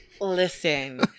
Listen